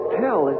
tell